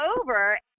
over